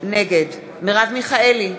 נגד מרב מיכאלי,